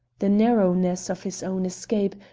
the narrowness of his own escape,